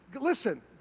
Listen